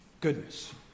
goodness